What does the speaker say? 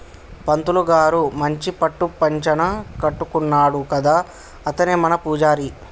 పంతులు గారు మంచి పట్టు పంచన కట్టుకున్నాడు కదా అతనే మన పూజారి